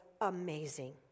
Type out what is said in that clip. amazing